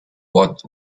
what